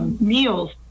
meals